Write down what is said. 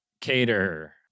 Cater